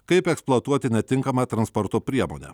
kaip eksploatuoti netinkamą transporto priemonę